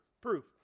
proof